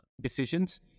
decisions